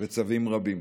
וצווים רבים.